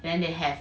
then they have